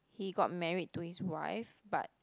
he got married to his wife but